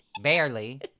Barely